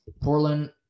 Portland